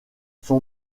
son